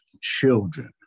children